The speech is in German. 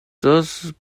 das